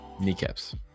Kneecaps